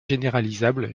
généralisables